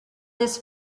this